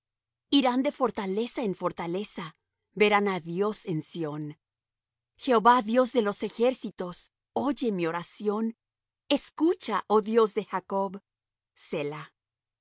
irán de fortaleza en fortaleza verán á dios en sión jehová dios de los ejércitos oye mi oración escucha oh dios de jacob